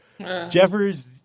Jeffers